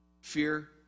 Fear